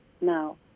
now